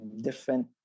different